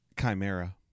chimera